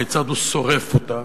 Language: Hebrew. כיצד הוא שורף אותה,